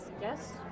Yes